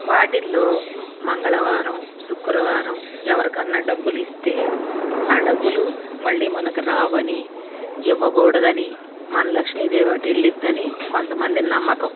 వాటిల్లో మంగళవారం శుక్రవారం ఎవరికన్నా డబ్బులిస్తే ఆ డబ్బులు మళ్ళీ మనకి రావని ఇవ్వకూడదని మన లక్ష్మీదేవి అటెల్లిద్దని కొంతమంది నమ్మకం